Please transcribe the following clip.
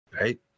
Right